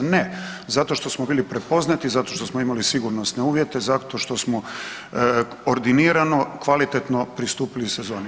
Ne, zato što smo bili prepoznati, zato što smo imali sigurnosne uvjete, zato što smo ordinirano i kvalitetno pristupili sezoni.